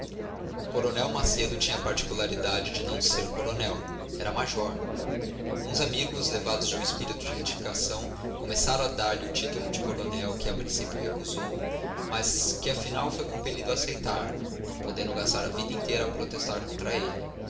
coronel macedo tinha a particularidade de não ser coronel era major alguns amigos levados de um espírito de retificação começaram a dar-lhe o título de coronel que a princípio recusou mas que afinal foi compelido a aceitar não podendo gastar a vida inteira a protestar contra ele